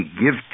give